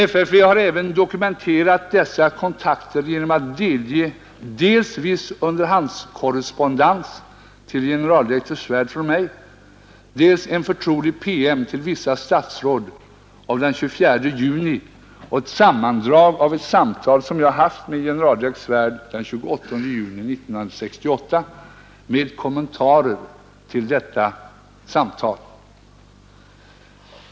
FFV har även dokumenterat dessa kontakter genom att delge dels viss underhandskorrespondens till generaldirektör Svärd från mig, dels en förtrolig PM till vissa statsråd av den 24 juni och ett sammandrag av ett samtal som jag haft med generaldirektör Svärd den 28 juni 1968 med kommentarer till detta samtal.